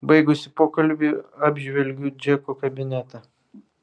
baigusi pokalbį apžvelgiu džeko kabinetą